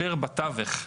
כאשר בתווך,